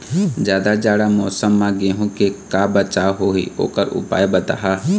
जादा जाड़ा मौसम म गेहूं के का बचाव होही ओकर उपाय बताहा?